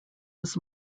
was